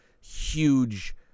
huge